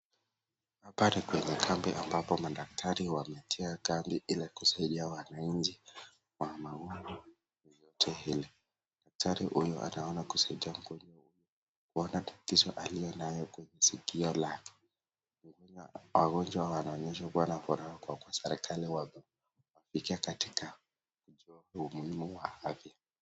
Hapa ni kwenye kambi ambapo madaktari wametia kambi ili kusaidia wananchi wa maumivu yoyote ile. Daktari huyu anaonekana akimsaidia mgonjwa kuona tatizo alilonalo kwenye sikio lake. Mgonjwa anaonyesha kuwa anafurahia kwa serikali kuwafikia katika kujua umuhimu wa afya.